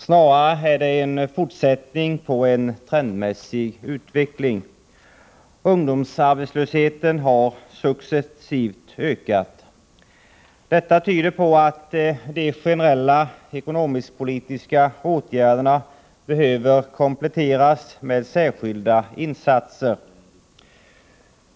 Snarare är den en fortsättning på en trendmässig utveckling. Ungdomsarbetslösheten har successivt ökat. Detta tyder på att de generella ekonomisk-politiska åtgärderna behöver kompletteras med särskilda insatser.